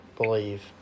believe